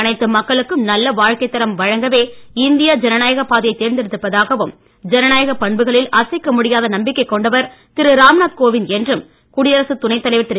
அனைத்து மக்களுக்கும் நல்ல வாழ்க்கைத் தரம் வழங்கவே ஜனநாயகப் பாதையைத் தேர்ந்தெடுத்திருப்பதாகவும் இந்தியா ஜனநாயகப் பண்புகளில் அசைக்க முடியாத நம்பிக்கை கொண்டவர் திரு ராம்நாத் கோவிந்த் என்றும் குடியரசுத் துணைத்தலைவர் திரு